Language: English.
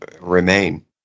remain